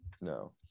No